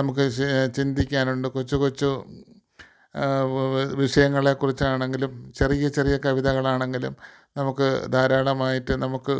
നമുക്ക് ശ് ചിന്തിക്കാനുണ്ട് കൊച്ചുകൊച്ചു വിഷയങ്ങളെ കുറിച്ചാണെങ്കിലും ചെറിയ ചെറിയ കവിതകളാണെങ്കിലും നമുക്ക് ധാരാളമായിട്ട് നമുക്ക്